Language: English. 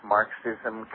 Marxism